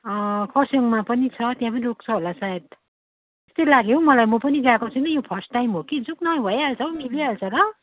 खरसाङमा पनि छ त्यहाँ पनि रोक्छ होला सायद त्यस्तै लाग्यो हौ मलाई म पनि गएको छुइनँ यो फर्स्ट टाइम हो कि जाउँ न भइहाल्छ हौ मिलिहाल्छ ल